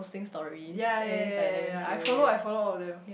ya ya ya ya ya ya I follow I follow all of them